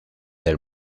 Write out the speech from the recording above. del